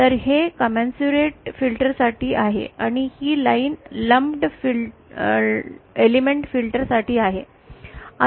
तर हे commensurate filter साठी आहे आणि ही लाईन लंप्ड एलिमेंट फिल्टर साठी आहे